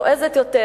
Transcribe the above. נועזת יותר.